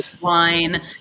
wine